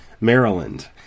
Maryland